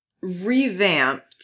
revamped